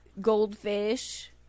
goldfish